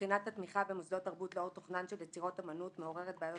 בחינת התמיכה במוסדות תרבות לאור תוכנן של יצירות אמנות מעוררת בעיות